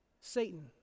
Satan